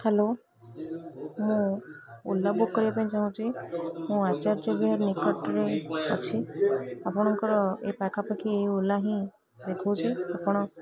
hello ମୁଁ Ola book କରିବା ପାଇଁ ଚାହୁଁଛି ମୁଁ ଆଚାର୍ଯ୍ୟ ବିହାର ନିକଟରେ ଅଛି ଆପଣଙ୍କର ଏ ପାଖାପାଖି ଏ ଓଲା ହିଁ ଦେଖଉଛି ଆପଣ